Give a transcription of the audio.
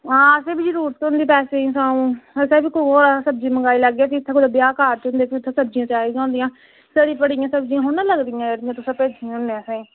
ते भी तुसेंगी जरूरत होनी पैसे दी ते तां अं'ऊ ते कुसै कोला सब्ज़ी मंगाई लैगे भी ते भी जित्थें ब्याह् कारज़ होंदे उत्थें सब्ज़ियां चाही दियां होंदियां ते नेहीं सब्ज़ियां थोह्ड़े लगदियां जेह्ड़ियां तुसें भेजी दियां होंदियां